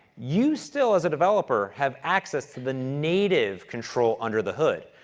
you still, as a developer, have access to the native control under the hood.